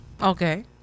Okay